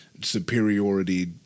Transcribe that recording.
superiority